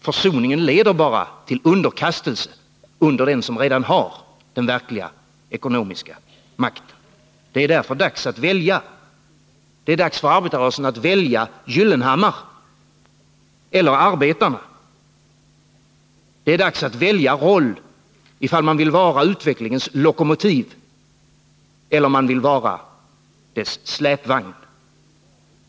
Försoning leder bara till underkastelse under den som redan har den verkliga ekonomiska makten. Det är därför dags att välja. Det är dags för arbetarrörelsen att välja Gyllenhammar eller arbetarna. Det är dags att välja roll — ifall man vill vara utvecklingens lokomotiv eller dess släpvagn.